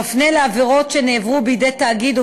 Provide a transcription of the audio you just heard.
מפנה לעבירות שנעברו בידי תאגיד או